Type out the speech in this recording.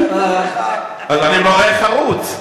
אז אני מורה חרוץ.